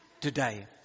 today